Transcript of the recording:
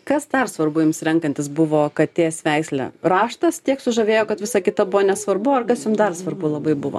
kas dar svarbu jums renkantis buvo katės veislę raštas tiek sužavėjo kad visa kita buvo nesvarbu ar kas jum dar svarbu labai buvo